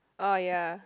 oh ya